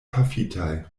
pafitaj